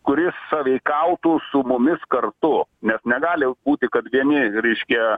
kuris sąveikautų su mumis kartu nes negali būti kad vieni reiškia